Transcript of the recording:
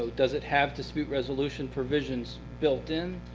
does it have dispute resolution provisions built in?